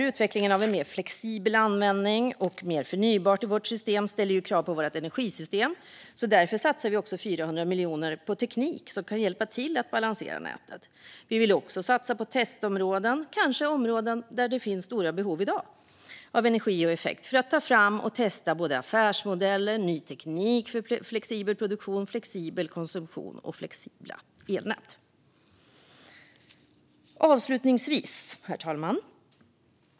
Utvecklingen av en mer flexibel användning och mer förnybart i vårt system ställer krav på vårt energisystem. Därför satsar vi också 400 miljoner på teknik som kan hjälpa till att balansera nätet. Vi vill också satsa på testområden, kanske områden där det finns stora behov av energi och effekt i dag, för att ta fram och testa både affärsmodeller och ny teknik för flexibel produktion, flexibel konsumtion och flexibla elnät. Herr talman!